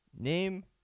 Name